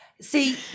See